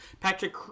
patrick